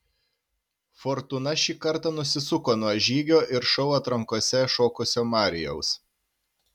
fortūna šį kartą nusisuko nuo žygio ir šou atrankose šokusio marijaus